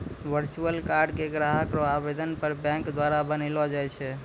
virtual card के ग्राहक रो आवेदन पर बैंक द्वारा बनैलो जाय छै